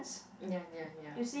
ya ya ya